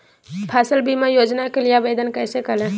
फसल बीमा योजना के लिए आवेदन कैसे करें?